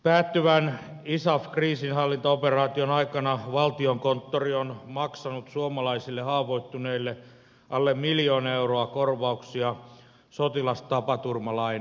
päättyvän isaf kriisinhallintaoperaation aikana valtiokonttori on maksanut suomalaisille haavoittuneille alle miljoona euroa korvauksia sotilastapaturmalain nojalla